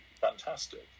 fantastic